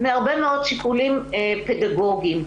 מהרבה מאוד שיקולים פדגוגיים,